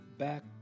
Back